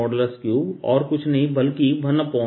3 और कुछ नहीं बल्कि 1